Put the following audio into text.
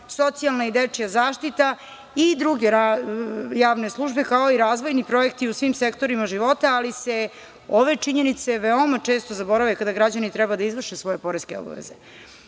socijalna i dečija zaštita i druge javne službe, kao i razvojni projekti u svim sektorima života, ali se ove činjenice veoma često zaborave kada građani treba da izvrše svoje poreske obaveze. Na